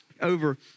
over